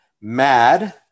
Mad